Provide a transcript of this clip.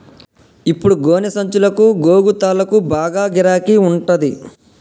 ఇప్పుడు గోనె సంచులకు, గోగు తాళ్లకు బాగా గిరాకి ఉంటంది